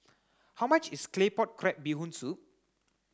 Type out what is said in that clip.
how much is claypot crab bee hoon soup